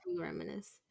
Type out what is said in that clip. reminisce